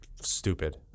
stupid